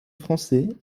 français